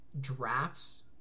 drafts